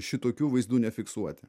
šitokių vaizdų nefiksuoti